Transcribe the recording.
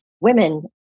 women